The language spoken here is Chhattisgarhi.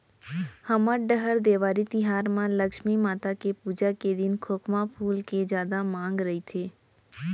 हमर डहर देवारी तिहार म लक्छमी माता के पूजा के दिन खोखमा फूल के जादा मांग रइथे